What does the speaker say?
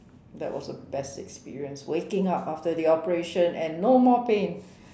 that was a best experience waking up after the operation and no more pain